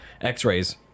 x-rays